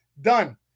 done